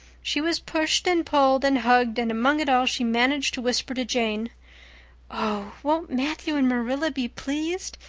she was pushed and pulled and hugged and among it all she managed to whisper to jane oh, won't matthew and marilla be pleased!